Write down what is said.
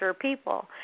people